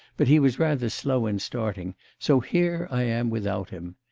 but he was rather slow in starting so here i am without him.